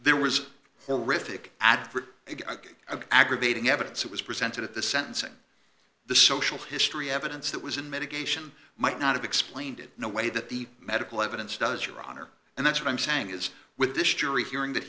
there was no riddick advert of aggravating evidence that was presented at the sentencing the social history evidence that was in medication might not have explained it in a way that the medical evidence does your honor and that's what i'm saying is with this jury